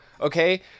Okay